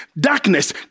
Darkness